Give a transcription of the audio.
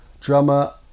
Drummer